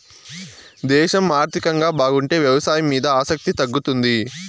దేశం ఆర్థికంగా బాగుంటే వ్యవసాయం మీద ఆసక్తి తగ్గుతుంది